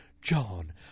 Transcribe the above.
John